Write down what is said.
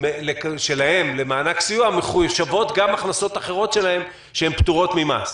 שלהם למענק סיוע נכנסות גם הכנסות אחרות שלהם שפטורות ממס.